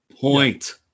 point